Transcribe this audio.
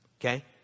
Okay